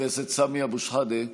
חבר הכנסת סמי אבו שחאדה,